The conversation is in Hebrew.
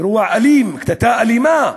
אירוע אלים, קטטה אלימה,